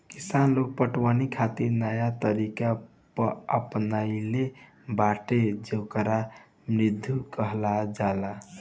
किसान लोग पटवनी खातिर नया तरीका अपनइले बाड़न जेकरा मद्दु कहल जाला